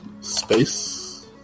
Space